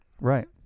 Right